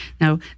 Now